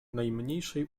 najmniejszej